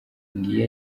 ngiyi